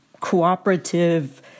cooperative